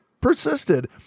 persisted